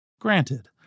Granted